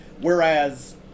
Whereas